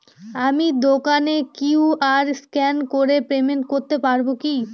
আমি দোকানে QR scan করে পেমেন্ট করতে পারবো কি?